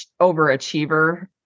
overachiever